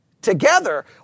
together